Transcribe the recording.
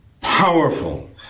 powerful